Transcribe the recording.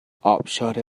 آبشار